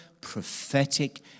prophetic